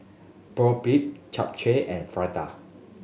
Boribap Japchae and Fritada